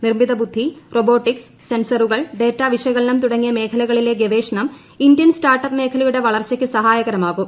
നിർമിത ബുദ്ധി റോബോട്ടിക്സ് സെൻസറുകൾ ഡേറ്റ വിശകലനം തുടങ്ങിയ മേഖലകളിലെ ഗവേഷണം ഇന്ത്യൻ സ്റ്റാർട്ട് അപ്പ് മേഖലയുടെ വളർച്ചയ്ക്ക് സഹായകരമാകും